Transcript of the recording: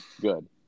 good